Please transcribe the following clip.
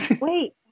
wait